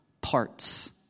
parts